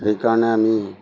সেইকাৰণে আমি